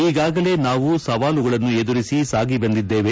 ಈಗಾಗಲೇ ನಾವು ಸವಾಲುಗಳನ್ನು ಎದುರಿಸಿ ಸಾಗಿಬಂದಿದ್ದೇವೆ